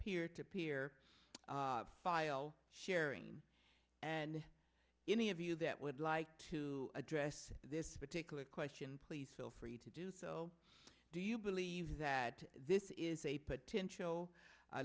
peer to peer file sharing and any of you that would like to address this particular question please feel free to do so do you believe that this is a potential